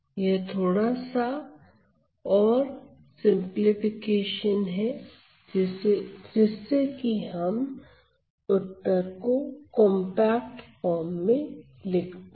यह थोड़ा सा और सिंपलीफिकेशन है जिससे कि हम उत्तर को कंपैक्ट फार्म में लिख पाए